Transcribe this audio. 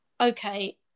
okay